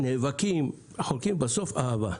נאבקים, רחוקים ובסוף אהבה.